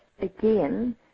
again